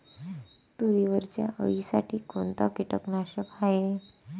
तुरीवरच्या अळीसाठी कोनतं कीटकनाशक हाये?